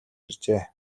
иржээ